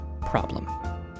problem